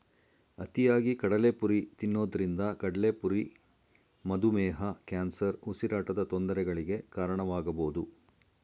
ಅತಿಯಾಗಿ ಕಡಲೆಪುರಿ ತಿನ್ನೋದ್ರಿಂದ ಕಡ್ಲೆಪುರಿ ಮಧುಮೇಹ, ಕ್ಯಾನ್ಸರ್, ಉಸಿರಾಟದ ತೊಂದರೆಗಳಿಗೆ ಕಾರಣವಾಗಬೋದು